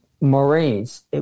Marines